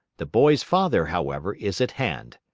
the boy's father, however, is at hand.